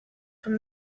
from